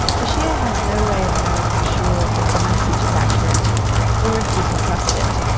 bashir has no way of knowing for sure if the message is accurate or if he can trust it.